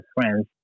friends